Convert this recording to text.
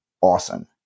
awesome